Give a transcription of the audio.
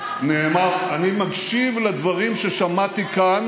אני מקשיב לדברים ששמעתי כאן,